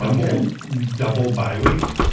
um game double by week.